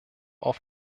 auf